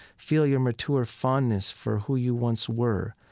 feel your mature fondness for who you once were,